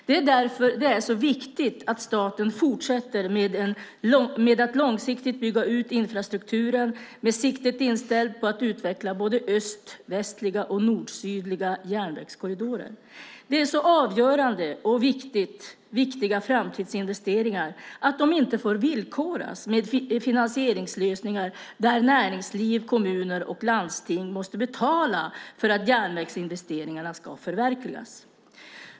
Det är därför det är så viktigt att staten fortsätter med att långsiktigt bygga ut infrastrukturer, med siktet inställt på att utveckla både östvästliga och nordsydliga järnvägskorridorer. Det är så avgörande och viktiga framtidsinvesteringar att de inte får villkoras med finansieringslösningar där näringsliv, kommuner och landsting måste betala för att järnvägsinvesteringarna ska förverkligas.